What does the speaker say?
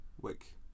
Wake